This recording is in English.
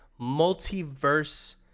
multiverse